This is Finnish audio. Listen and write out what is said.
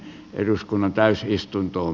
eduskunnan täysistuntoon